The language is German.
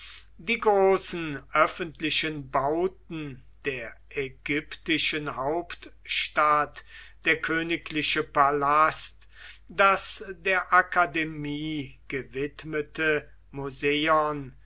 die großen öffentlichen bauten der ägyptischen hauptstadt der königliche palast das der akademie gewidmete museion